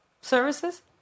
services